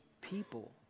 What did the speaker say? people